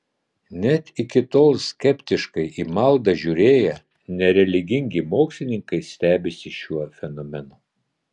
net iki tol skeptiškai į maldą žiūrėję nereligingi mokslininkai stebisi šiuo fenomenu